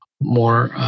more